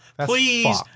Please